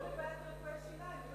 טיפולי שיניים.